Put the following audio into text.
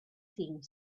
thing